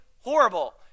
horrible